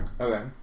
Okay